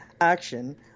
action